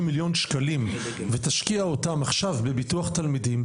מיליון שקלים ותשקיע אותם עכשיו בביטוח תלמידים,